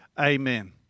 Amen